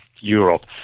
Europe